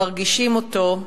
מרגישים אותו,